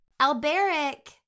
Alberic